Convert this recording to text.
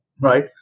right